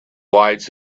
lights